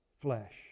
flesh